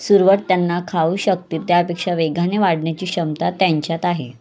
सुरुवात त्यांना खाऊ शकतील त्यापेक्षा वेगाने वाढण्याची क्षमता त्यांच्यात आहे